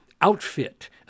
outfit